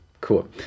Cool